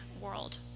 world